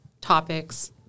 topics